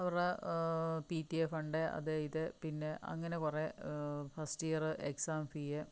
അവർടെ PTA fund അത ഇത് പിന്നെ അങ്ങനെ കൊറേ ഫസ്റ്റ് ഇയറ് എക്സാം ഫീ